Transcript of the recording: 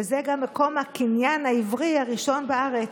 וזה גם מקום הקניין העברי הראשון בארץ,